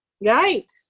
Right